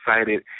excited